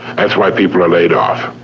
that's why people are laid off.